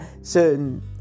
certain